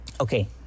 Okay